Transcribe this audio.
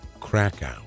Krakow